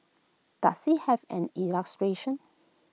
does IT have any illustrations